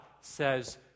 says